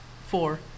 Four